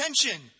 attention